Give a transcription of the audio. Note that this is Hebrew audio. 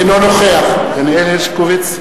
אינו נוכח דניאל הרשקוביץ,